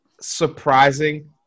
surprising